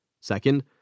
Second